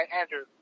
Andrew